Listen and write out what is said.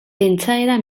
pentsaera